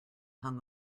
hung